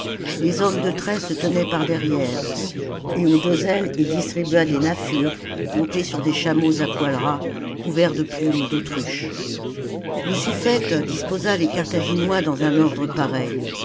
les hommes de trait se tenaient par derrière et aux deux ailes il distribua des naffur montés sur des chameaux à poil ras couverts de plumes d'autruche le suffète disposa les carthaginois dans un ordre pareil